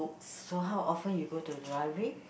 so how often you go to the library